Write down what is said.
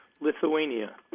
Lithuania